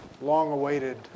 long-awaited